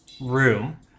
room